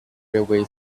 railway